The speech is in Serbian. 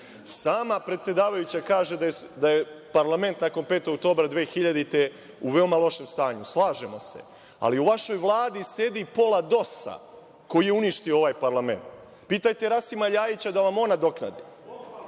predsedavajuća kaže da je parlament nakon 5. oktobra 2000. godine, u veoma lošem stanju. Slažemo se ali u vašoj vladi sedi pola DOS-a, koji je uništio ovaj parlament. Pitajte Rasima LJaijća da vam on nadoknadi.